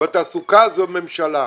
בתעסוקה זו הממשלה.